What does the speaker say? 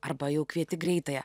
arba jau kvieti greitąją